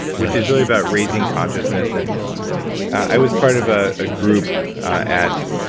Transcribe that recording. which is really about raising consciousness. and i was part of a ah group at